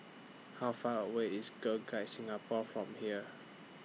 How Far away IS Girl Guides Singapore from here